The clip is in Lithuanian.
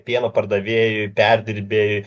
pieno pardavėjui perdirbėjui